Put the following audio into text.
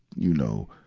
you know,